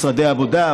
משרד העבודה,